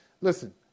listen